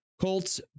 Colts